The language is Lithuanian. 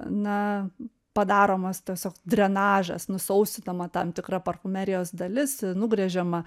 na padaromas tiesiog drenažas nusausinama tam tikra parfumerijos dalis nugrežiama